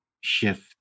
shift